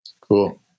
cool